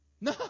No